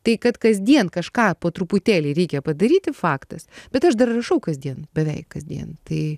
tai kad kasdien kažką po truputėlį reikia padaryti faktas bet aš dar ir rašau kasdien beveik kasdien tai